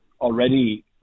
already